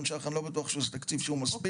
ש"ח אני לא בטוח שזה תקציב שהוא מספיק.